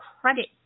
credit